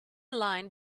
line